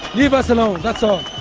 leave us alone, that's all.